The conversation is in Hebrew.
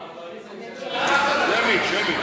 שמית.